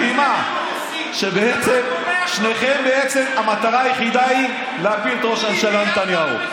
מדהימה: אצל שניכם בעצם המטרה היחידה היא להפיל את ראש הממשלה נתניהו.